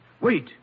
Wait